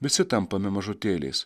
visi tampame mažutėliais